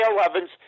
Evans